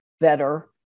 better